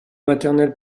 maternelle